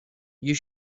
you